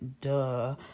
duh